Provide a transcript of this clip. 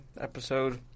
Episode